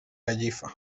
gallifa